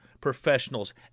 professionals